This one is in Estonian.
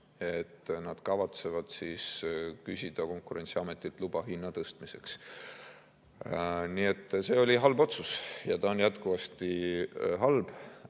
et nad kavatsevad küsida Konkurentsiametilt luba hinna tõstmiseks. Nii et see oli halb otsus ja on jätkuvasti halb.